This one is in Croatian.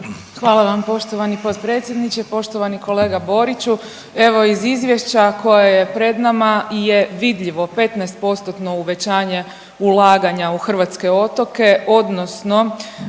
Hvala vam poštovani potpredsjedniče, poštovani kolega Boriću. Evo iz izvješća koje je pred nama je vidljivo petnaest postotno uvećanje ulaganja u hrvatske otoke, odnosno